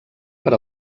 per